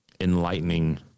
enlightening